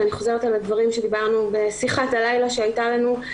ואני חוזרת על הדברים שדיברנו בשיחת הלילה שהייתה לנו.